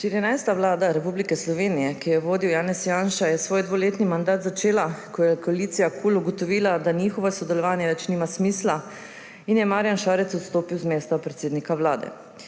14. vlada Republike Slovenije, ki jo je vodil Janez Janša, je svoj dvoletni mandat začela, ko je koalicija KUL ugotovila, da njihovo sodelovanje nima več smisla in je Marjan Šarec odstopil z mesta predsednika Vlade.